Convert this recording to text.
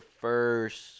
first